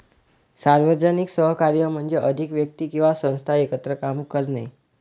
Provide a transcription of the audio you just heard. सार्वजनिक सहकार्य म्हणजे अधिक व्यक्ती किंवा संस्था एकत्र काम करणे